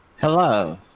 Hello